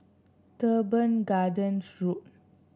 Teban Gardens Road